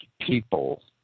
people